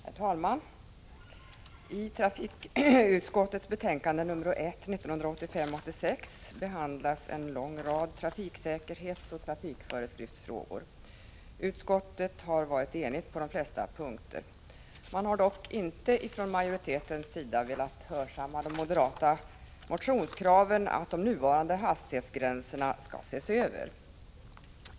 Herr talman! I trafikutskottets betänkande 1985/86:1 behandlas en lång rad trafiksäkerhetsoch trafikföreskriftsfrågor. Utskottet har varit enigt på de flesta punkter. Man har dock inte från majoritetens sida velat hörsamma de moderata motionskraven att de nuvarande hastighetsgränserna skall ses över.